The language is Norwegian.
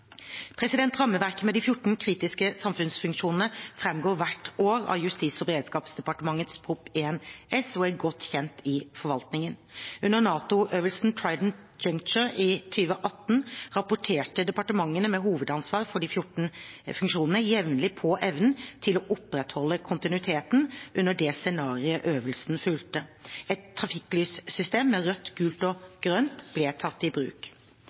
Rammeverket med de 14 kritiske samfunnsfunksjonene framgår hvert år av Justis- og beredskapsdepartementets Prop. 1 S og er godt kjent i forvaltningen. Under NATO-øvelsen Trident Juncture i 2018 rapporterte departementene med hovedansvar for de 14 funksjonene jevnlig på evnen til å opprettholde kontinuiteten under det scenarioet øvelsen fulgte. Et trafikklyssystem med rødt, gult og grønt ble tatt i bruk. Dette rapporteringssystemet var derfor øvet og klart til å tas i bruk